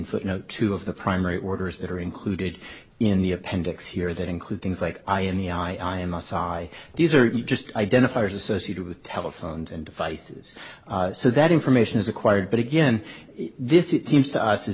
footnote two of the primary orders that are included in the appendix here that include things like i in the i am i saw i these are just identifiers associated with telephones and devices so that information is acquired but again this it seems to us is